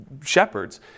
shepherds